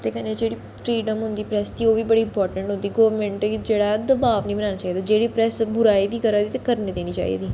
ते कन्नै जेह्ड़ी फ्रीडम होंदी प्रैस दी ओह् बी बडी इंपाटैंट होंदी गोरमैंट गी जेह्ड़ा दवाब नी बनाना चाहिदा जेह्ड़ी प्रैस बुराई बी करा दी तां करन देनी चाहिदी